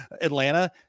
Atlanta